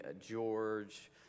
George